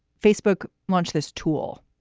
facebook launched this tool.